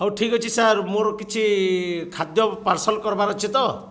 ହଉ ଠିକ୍ ଅଛି ସାର୍ ମୋର କିଛି ଖାଦ୍ୟ ପାର୍ସଲ୍ କର୍ବାର୍ ଅଛି ତ